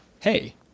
hey